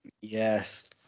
Yes